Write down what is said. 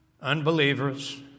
unbelievers